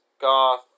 goth